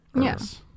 Yes